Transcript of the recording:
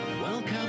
Welcome